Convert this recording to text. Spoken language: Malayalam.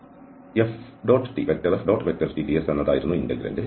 അതിനാൽ FTds എന്നതായിരുന്നു ഇന്റഗ്രന്റ്